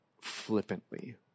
flippantly